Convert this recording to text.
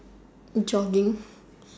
jogging